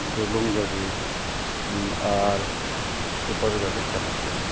ᱰᱩᱞᱩᱝ ᱜᱟᱹᱰᱤ ᱟᱨ ᱥᱠᱩᱴᱟᱨ ᱜᱟᱹᱰᱤ ᱠᱟᱱᱟ ᱠᱚ